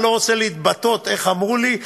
ואני לא רוצה להתבטא איך אמרו לי,